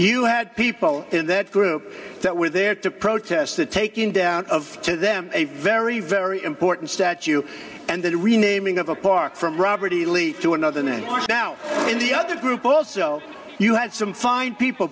you had people in that group that were there to protest the taking down of them a very very important statue and the renaming of the park from robert e lee to another washed out in the other group also you had some fine people